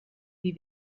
wie